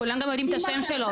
כולם גם יודעים את השם שלו,